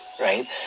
right